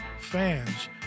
fans